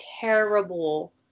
terrible